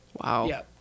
Wow